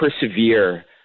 persevere